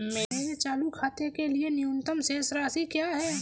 मेरे चालू खाते के लिए न्यूनतम शेष राशि क्या है?